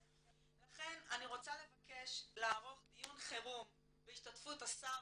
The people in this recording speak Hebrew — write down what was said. לכן אני רוצה לבקש לערוך דיון חירום בהשתתפות השר